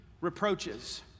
reproaches